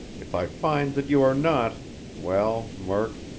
if i find that you are not well, murk,